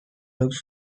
looked